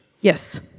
Yes